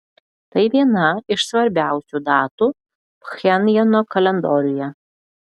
tai viena iš svarbiausių datų pchenjano kalendoriuje